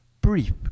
brief